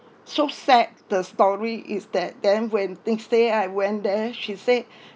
so sad the story is that then when things there I went there she said